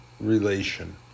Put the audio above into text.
relation